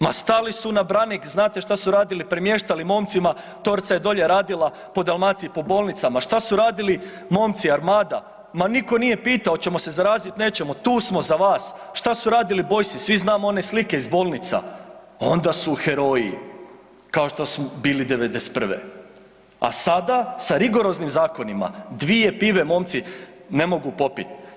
Ma stali su na branik, znate šta su radili, premještali momcima, Torca je dolje radila po Dalmaciji, po bolnicama, šta su radili momci Armada, ma nitko nije pitao hoćemo se zarazit, nećemo, tu smo za vas, šta su radili Boysi, svi znamo one slike iz bolnica, onda su heroji, kao što smo bili '91. a sada sa rigoroznim zakonima, dvije pive momci ne mogu popit.